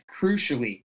crucially